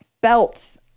belts